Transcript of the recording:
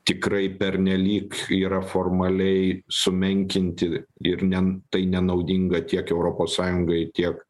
tikrai pernelyg yra formaliai sumenkinti ir ne tai nenaudinga tiek europos sąjungai tiek